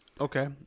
Okay